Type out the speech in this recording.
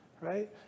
right